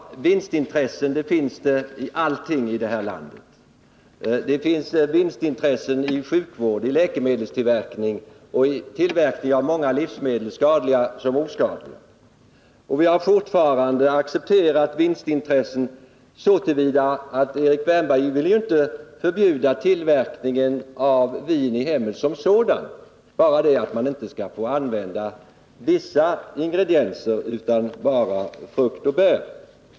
Vinstintressen finns i allting i detta land. Det finns vinstintressen i sjukvården, läkemedelstillverkningen och tillverkningen av många livsmedel, skadliga som oskadliga. Vinstintressena accepteras fortfarande så till vida att Erik Wärnberg inte vill förbjuda tillverkningen som sådan av vin i hemmen. Det är bara det att man inte skall få använda vissa ingredienser utan endast frukt och bär.